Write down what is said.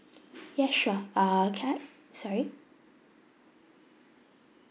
yes sure uh can I sorry